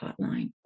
hotline